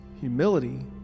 humility